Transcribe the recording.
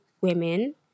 women